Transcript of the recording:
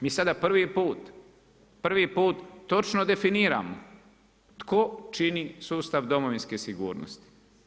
Mi sada prvi put, prvi put točno definiramo tko čini sustav domovinske sigurnosti.